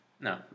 no